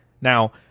Now